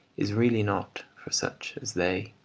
is really not for such as they.